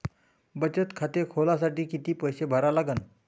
बचत खाते खोलासाठी किती पैसे भरा लागन?